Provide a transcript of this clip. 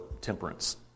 temperance